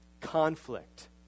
conflict